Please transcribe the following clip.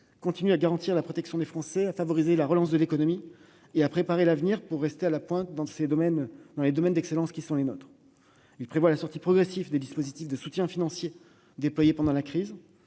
continue à garantir la protection des Français, à favoriser la relance de l'économie et à préparer l'avenir pour que la France reste à la pointe dans ses domaines d'excellence. Ce texte prévoit la sortie progressive des dispositifs de soutien financier déployés pendant la crise.